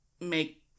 make